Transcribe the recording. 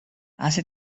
hace